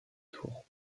tours